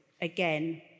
Again